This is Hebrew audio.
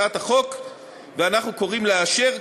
ואנחנו קוראים לאשר,